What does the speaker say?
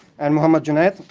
and mohamad junaid,